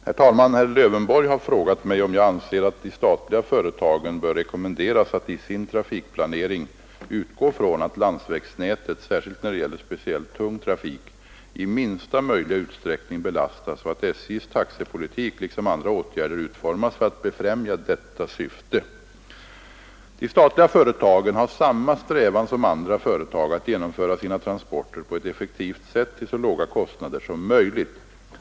Herr talman! Herr Lövenborg har frågat mig om jag anser att de statliga företagen bör rekommenderas att i sin trafikplanering utgå från att landsvägsnätet — särskilt när det gäller speciellt tung trafik — i minsta möjliga utsträckning belastas och att SJ:s taxepolitik liksom andra åtgärder utformas för att befrämja detta syfte. De statliga företagen har samma strävan som andra företag att genomföra sina transporter på ett effektivt sätt till så låga kostnader som möjligt.